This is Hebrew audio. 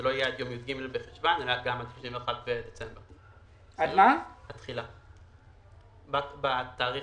זה לא יהיה י"ג בחשון התש"ף אלא עד 31 בדצמבר 2020. אין לזה